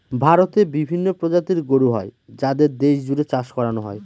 ভারতে বিভিন্ন প্রজাতির গরু হয় যাদের দেশ জুড়ে চাষ করানো হয়